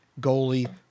goalie